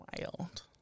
Wild